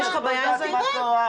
את לא יודעת מה קרה.